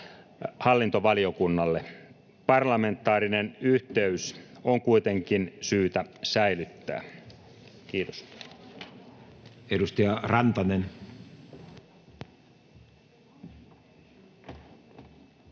hallintovaliokunnalle. Parlamentaarinen yhteys on kuitenkin syytä säilyttää. — Kiitos. Edustaja Rantanen. Arvoisa